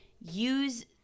use